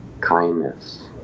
kindness